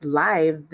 live